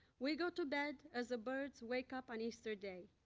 we go to bed as the birds wake up on easter day.